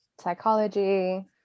psychology